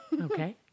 Okay